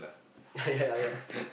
ya ya